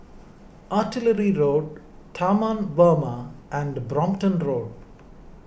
Artillery Road Taman Warna and Brompton Road